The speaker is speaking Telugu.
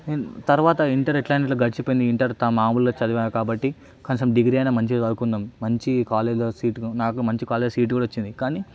నేను తరువాత ఇంటర్ ఎట్లైనట్లా గడిచిపోయింది ఇంటర్తో మా ఊర్లో చదివా కాబట్టి కొంచెం డిగ్రీ అయినా మంచిగా చదువుకుందాం మంచి కాలేజ్లో సీటు నాకు మంచి కాలేజ్లో సీటు కూడా వచ్చింది కానీ